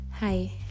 Hi